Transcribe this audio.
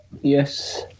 yes